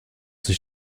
sich